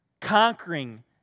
conquering